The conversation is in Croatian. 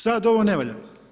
Sada ovo ne valja.